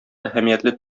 әһәмиятле